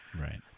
Right